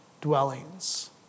dwellings